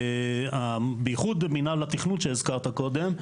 בייחוד מנהל התכנון שהזכרת קודם,